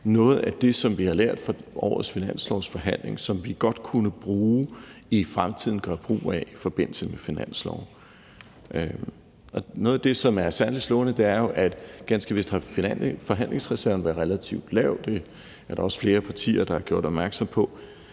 noget af det, som vi har lært fra årets finanslovsforhandlinger, som vi godt kunne bruge i fremtiden i forbindelse med finansloven. Noget af det, som er særlig slående, er jo, at ganske vist har forhandlingsreserven været relativt lav, og det er der også flere partier der har gjort opmærksom på,